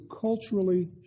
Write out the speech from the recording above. culturally